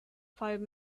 five